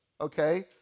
okay